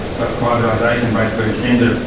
but privatisation basically extended